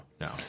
no